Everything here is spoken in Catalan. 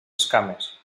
esquames